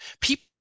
people